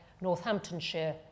Northamptonshire